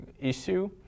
issue